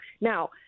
Now